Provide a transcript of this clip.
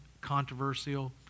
controversial